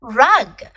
rug